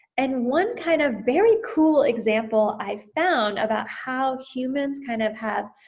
and one kind of very cool example i found about how humans kind of have